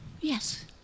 Yes